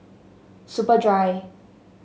Superdry